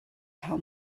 how